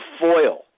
foil